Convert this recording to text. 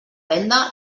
venda